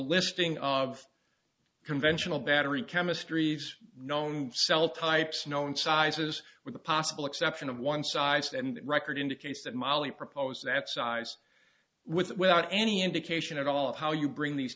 listing of conventional battery chemistries known cell types known sizes with the possible exception of one size and record indicates that mollie proposed that size without any indication at all of how you bring these